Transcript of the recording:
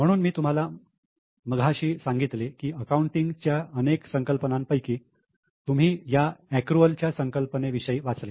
म्हणून मी तुम्हाला मगाशी सांगितले की अकाउंटिंग च्या अनेक संकल्पना पैकी तुम्ही या एकृअल च्या संकल्पने विषयी वाचले